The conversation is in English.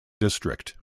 district